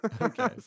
Okay